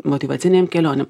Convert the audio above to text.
motyvacinėm kelionėm